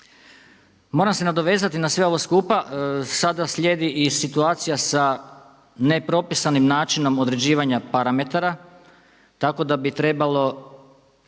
Moram se nadovezati na sve ovo skupa, sada slijedi i situacija sa nepropisanim načinom određivanja parametara tako da bi trebalo